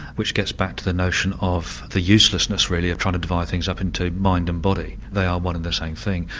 which gets back to the notion of the uselessness really of trying to divide things up into mind and body they are one and the same thing.